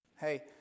Hey